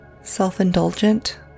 self-indulgent